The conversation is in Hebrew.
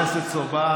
נא לסכם.